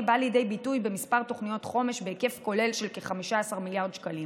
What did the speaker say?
באה לידי ביטוי בכמה תוכניות חומש בהיקף כולל של כ-15 מיליארד שקלים: